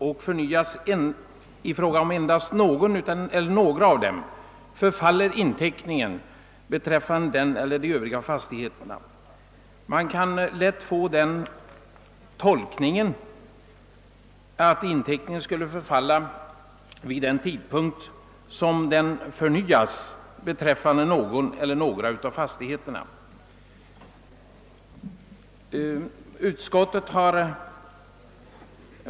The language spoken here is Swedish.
Det är ur principiella synpunkter värdefulit att få klarlagt när inteckningen i den delen förfaller. Man kan lätt tolka ordalydelsen så, att inteckningen skulle förfalla vid den tidpunkt då den förnyas beträffande någon eller några av fastigheterna.